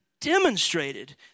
demonstrated